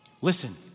Listen